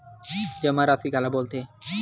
जमा राशि काला बोलथे?